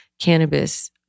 cannabis